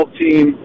team